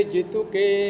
Jituke